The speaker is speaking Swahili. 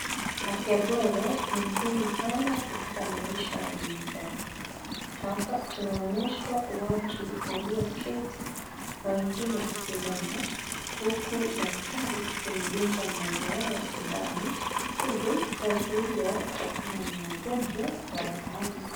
Afya bora ni muhimu sana katika maisha ya binadamu. Hapa tunaonyeshwa watu walioketi na wengine kusimama huku daktari akimdunga mmoja wao shindano ili kuwazuia kupatikana na magonjwa mbalimbali.